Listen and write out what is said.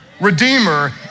redeemer